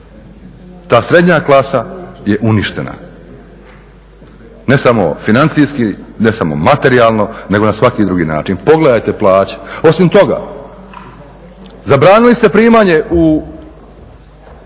Ta srednja klasa je uništena, ne samo financijski, ne samo materijalno nego na svaki drugi način. Pogledajte plaće! Osim toga zabranili ste primanje i